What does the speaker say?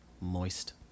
Moist